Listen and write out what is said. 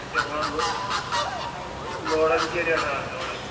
اَچھا وۅنۍ لٲ لٲرن کیٛاہ ریٹھاہ حظ لٲرن